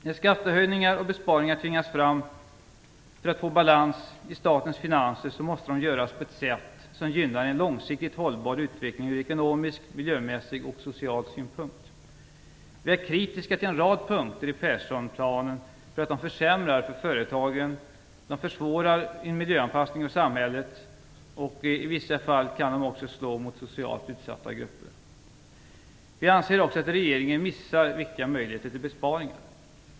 När skattehöjningar och besparingar tvingas fram för att skapa balans i statens finanser, måste de göras på ett sätt som gynnar en långsiktigt hållbar utveckling ur ekonomisk, miljömässig och social synpunkt. Vi är kritiska till en rad punkter i Persson-planen för att de försämrar för företagen, för att de försvårar en miljöanpassning av samhället och för att de i vissa fall slår alltför hårt mot socialt utsatta grupper. Vi anser också att regeringen missar viktiga möjligheter till besparingar.